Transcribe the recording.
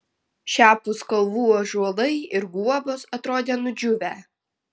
šiapus kalvų ąžuolai ir guobos atrodė nudžiūvę